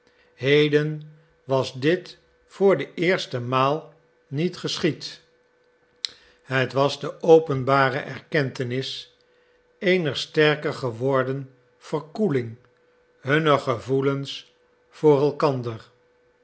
heden was dit voor de eerste maal niet geschied het was de openbare erkentenis eener sterker geworden verkoeling hunner gevoelens voor elkander